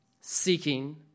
Seeking